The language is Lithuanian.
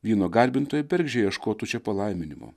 vyno garbintojai bergždžiai ieškotų čia palaiminimo